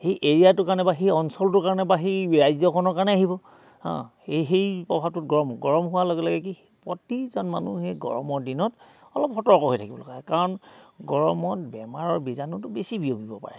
সেই এৰিয়াটোৰ কাৰণে বা সেই অঞ্চলটোৰ কাৰণে বা সেই ৰাজ্যখনৰ কাৰণে আহিব হা সেই সেই প্ৰভাৱটোত গৰম গৰম হোৱাৰ লগে লগে কি প্ৰতিজন মানুহে গৰমৰ দিনত অলপ সতৰ্ক হৈ থাকিব লগা হয় কাৰণ গৰমত বেমাৰৰ বীজাণুটো বেছি বিয়পিব পাৰে